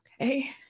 Okay